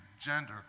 gender